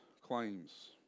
claims